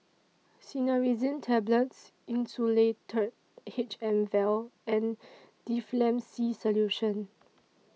Cinnarizine Tablets Insulatard H M Vial and Difflam C Solution